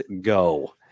go